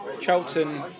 Charlton